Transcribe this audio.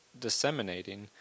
disseminating